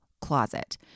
closet